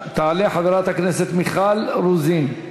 תעלה חברת הכנסת מיכל רוזין,